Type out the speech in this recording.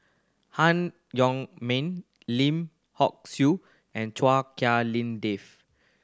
Han Yong May Lim Hock Siew and Chua Lim Dave